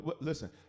listen